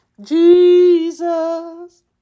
Jesus